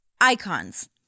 Icons